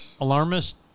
Alarmist